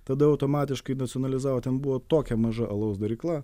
tada automatiškai nacionalizavo ten buvo tokia maža alaus darykla